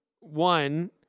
one